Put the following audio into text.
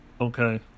okay